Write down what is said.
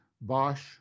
Bosch